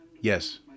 Yes